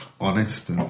honest